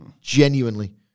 Genuinely